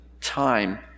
time